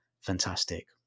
fantastic